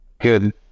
Good